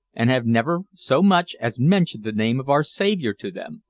and have never so much as mentioned the name of our saviour to them,